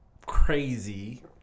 crazy